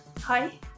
Hi